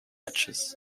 edges